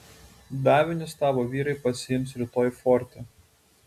davinius tavo vyrai pasiims rytoj forte